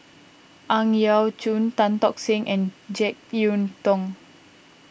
Ang Yau Choon Tan Tock Seng and Jek Yeun Thong